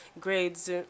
grades